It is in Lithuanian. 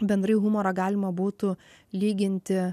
bendrai humorą galima būtų lyginti